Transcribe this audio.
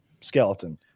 skeleton